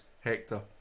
Hector